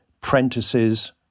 prentices